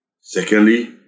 Secondly